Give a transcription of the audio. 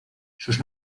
sus